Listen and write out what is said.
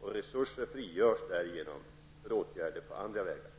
och resurser frigörs därigenom för åtgärder på andra vägar.